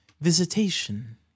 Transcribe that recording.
visitation